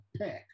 pick